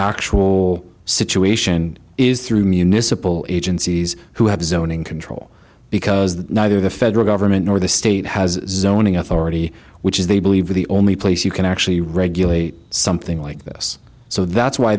actual situation is through municipal agencies who have zoning control because they know the federal government or the state has zoning authority which is they believe the only place you can actually regularly something like this so that's why